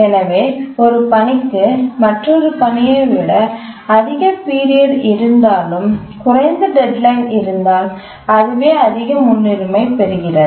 எனவே ஒரு பணிக்கு மற்றொரு பணியை விட அதிக பீரியட் இருந்தாலும் குறைந்த டெட்லைன் இருந்தால் அதுவே அதிக முன்னுரிமை பெறுகிறது